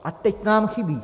A teď nám chybí!